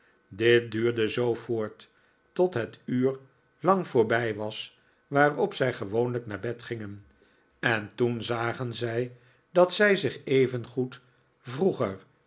dit duurde zoo voort tot het uur lang voorbij was waarop zij gewoonlijk naar bed gingen en toen zagen zij dat zij zich evengoed vroeger